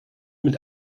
mit